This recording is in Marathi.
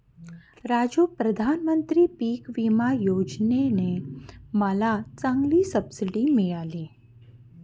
राजू प्रधानमंत्री पिक विमा योजने ने मला चांगली सबसिडी मिळाली